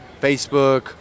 Facebook